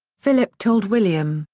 philip told william,